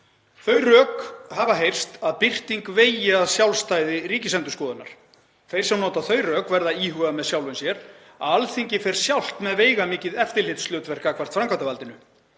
Þau rök hafa heyrst að birting vegi að sjálfstæði Ríkisendurskoðunar. Þeir sem nota þau rök verða að íhuga það með sjálfum sér að Alþingi fer sjálft með veigamikið eftirlitshlutverk gagnvart framkvæmdarvaldinu.